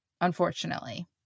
unfortunately